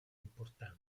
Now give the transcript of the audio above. importante